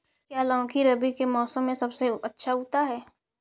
क्या लौकी रबी के मौसम में सबसे अच्छा उगता है?